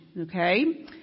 Okay